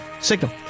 Signal